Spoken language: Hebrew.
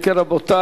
ובכן,